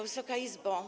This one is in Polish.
Wysoka Izbo!